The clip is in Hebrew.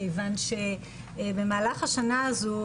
כיוון שבמהלך השנה הזו,